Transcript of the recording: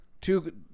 two